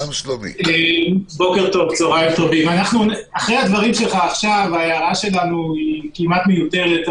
אחרי הדברים שלך עכשיו ההערה שלנו כמעט מיותרת,